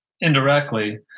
indirectly